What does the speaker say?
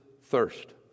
thirst